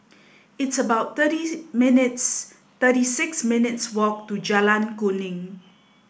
it's about thirty minutes thirty six minutes' walk to Jalan Kuning